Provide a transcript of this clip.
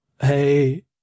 hey